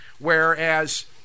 Whereas